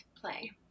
play